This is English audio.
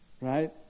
Right